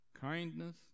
kindness